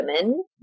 women